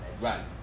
Right